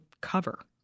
cover